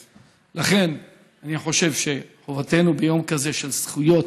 לכן, אני חושב שחובתנו ביום כזה של זכויות